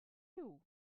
you